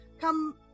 come